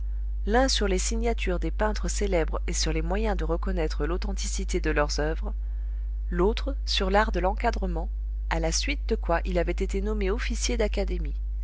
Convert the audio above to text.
l'un sur les signatures des peintres célèbres et sur les moyens de reconnaître l'authenticité de leurs oeuvres l'autre sur l'art de l'encadrement à la suite de quoi il avait été nommé officier d'académie